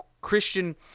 Christian